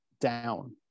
down